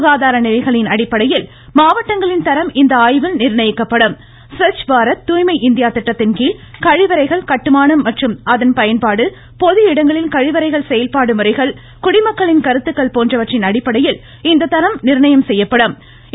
சுகாதார நிலைகளின் அடிப்படையில் மாவட்டங்களின் தரம் இந்த ஆய்வின் நிர்ணயிக்கப்படும் ஸ்வச் பாரத் தூய்மை இந்தியா திட்டத்தின்கீழ் கழிவறைகள் கட்டுமானம் மற்றும் அதன் பயன்பாடு பொது இடங்களில் கழிவறைகள் செயல்பாடு முறைகள் குடிமக்களின் கருத்துக்கள் போன்றவற்றின் அடிப்படையில் இந்த தரம் நிர்ணயம் நடைபெறும்